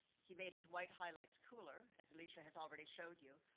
he made his white highlights cooler, as lisha has already showed you,